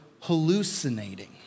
hallucinating